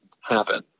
happen